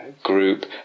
Group